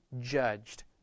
judged